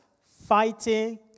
fighting